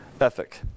ethic